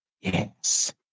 Yes